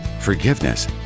forgiveness